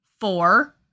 Four